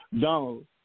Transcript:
Donald